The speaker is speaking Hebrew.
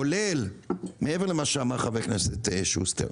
כולל מעבר למה שאמר חבר הכנסת שוסטר,